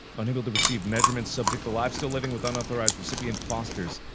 unable to receive measurements. subject alive, still living with unauthorized recipient fosters.